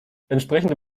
entsprechende